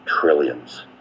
trillions